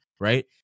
Right